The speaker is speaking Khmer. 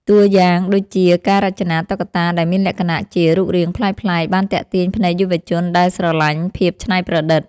តួយ៉ាងដូចជា ការរចនាតុក្កតាដែលមានលក្ខណៈជា រូបរាងប្លែកៗ បានទាក់ទាញភ្នែកយុវជនដែលស្រឡាញ់ភាពច្នៃប្រឌិត។